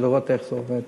ולראות איך זה עובד.